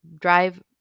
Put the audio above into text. drive